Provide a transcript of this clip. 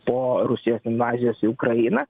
po rusijos invazijos į ukrainą